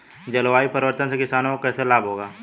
जलवायु परिवर्तन से किसानों को कैसे लाभ होगा?